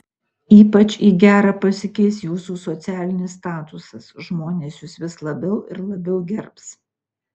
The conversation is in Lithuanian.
ypač į gerą pasikeis jūsų socialinis statusas žmonės jus vis labiau ir labiau gerbs